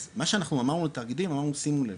אז מה שאנחנו אמרנו לתאגידים, אמרנו שימו לב,